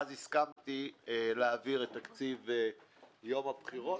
לכן הסכמתי להעביר את תקציב יום הבחירות,